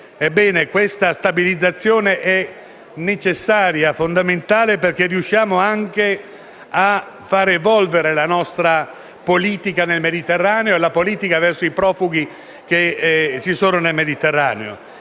questa stabilizzazione è necessaria e fondamentale per riuscire anche a far evolvere la nostra politica nel Mediterraneo e la politica verso i profughi che ci sono nel Mediterraneo.